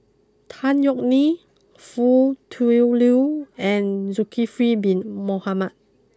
Tan Yeok Nee Foo Tui Liew and Zulkifli Bin Mohamed